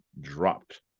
dropped